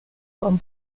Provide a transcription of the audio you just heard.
con